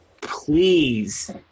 Please